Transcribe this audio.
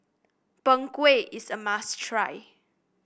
Png Kueh is a must try